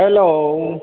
hello